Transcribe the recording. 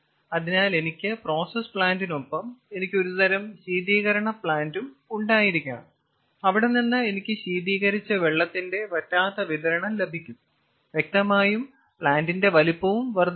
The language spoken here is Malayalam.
അതിനാൽ എനിക്ക് പ്രോസസ് പ്ലാന്റിനൊപ്പം എനിക്ക് ഒരുതരം ശീതീകരണ പ്ലാന്റും ഉണ്ടായിരിക്കണം അവിടെ നിന്ന് എനിക്ക് ശീതീകരിച്ച വെള്ളത്തിന്റെ വറ്റാത്ത വിതരണം ലഭിക്കും വ്യക്തമായും പ്ലാന്റിന്റെ വലുപ്പവും വർദ്ധിക്കും